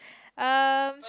um